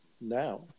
now